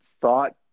thought